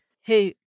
Hey